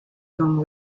tom